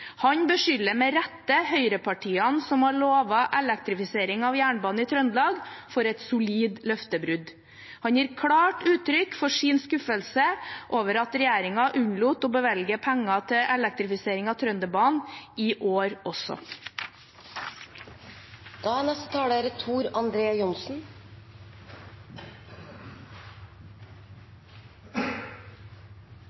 Han beskylder med rette høyrepartiene, som har lovet elektrifisering av jernbanen i Trøndelag, for et solid løftebrudd. Han gir klart uttrykk for sin skuffelse over at regjeringen unnlot å bevilge penger til elektrifisering av Trønderbanen i år også.